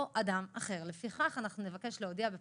אנחנו יוצאים למסע הסברה גם בדיגיטל וגם ברשת וגם בטלוויזיה